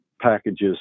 packages